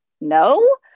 no